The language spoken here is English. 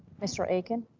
mr. akin?